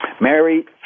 Mary